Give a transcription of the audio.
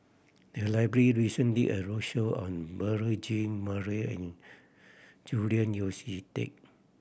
the library recently a roadshow on Beurel Jean Marie and Julian Yeo See Teck